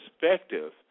perspective